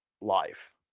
life